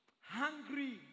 hungry